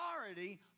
authority